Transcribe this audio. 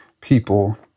people